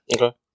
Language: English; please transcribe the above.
Okay